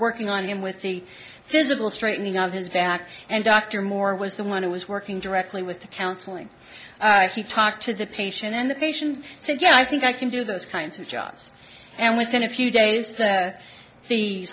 working on him with the physical straightening of his back and dr moore was the one who was working directly with the counseling he talked to the patient and the patient said yeah i think i can do those kinds of jobs and within a few days the